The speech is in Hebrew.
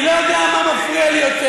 אני לא יודע מה מפריע לי יותר,